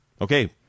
Okay